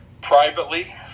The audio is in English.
privately